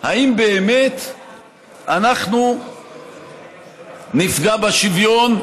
אם באמת אנחנו נפגע בשוויון.